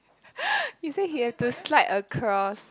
he say he had to slide across